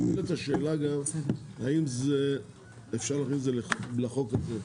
נשאלת השאלה גם אם אפשר להכניס את זה לחוק הזה.